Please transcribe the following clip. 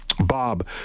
Bob